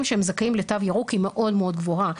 שהם זכאים לתו ירוק היא מאוד מאוד גבוהה,